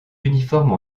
uniformes